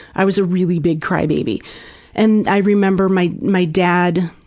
i was a really big cry baby and i remember my my dad